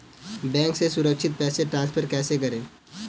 Bank से सुरक्षित पैसे ट्रांसफर कैसे करें?